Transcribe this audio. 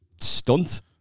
stunt